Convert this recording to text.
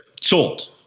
sold